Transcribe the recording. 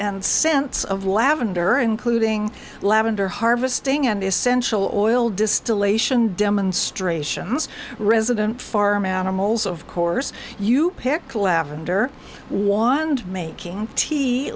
and scents of lavender including lavender harvesting and essential oil distillation demonstrations resident farm animals of course you pick lavender y and making tea